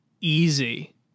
easy